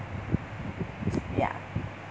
ya